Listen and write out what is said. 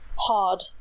hard